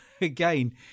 again